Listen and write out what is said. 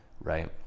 right